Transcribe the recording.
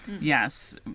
Yes